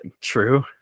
true